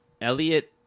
Elliot